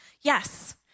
Yes